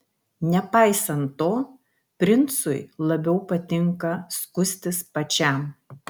nepaisant to princui labiau patinka skustis pačiam